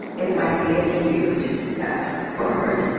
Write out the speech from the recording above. it might be a huge step forward.